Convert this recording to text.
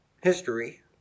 history